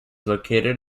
located